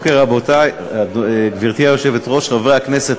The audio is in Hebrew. גברתי היושבת-ראש, חברי הכנסת,